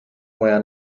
moja